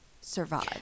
survive